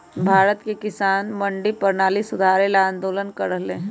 भारत के किसान स मंडी परणाली सुधारे ल आंदोलन कर रहल हए